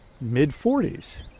mid-40s